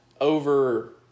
over